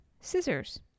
Scissors